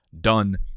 done